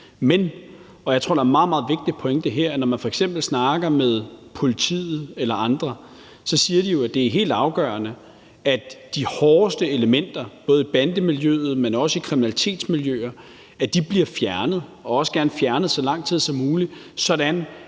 Men – og jeg tror, der er en meget, meget vigtig pointe her – når man f.eks. snakker med politiet eller andre, siger de jo, at det er helt afgørende, at de hårdeste elementer, både i bandemiljøet, men også i kriminalitetsmiljøer, bliver fjernet og også gerne fjernet så lang tid som muligt, sådan